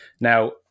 Now